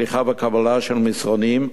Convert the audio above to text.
שליחה וקבלה של מסרונים,